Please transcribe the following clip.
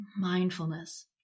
mindfulness